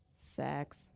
Sex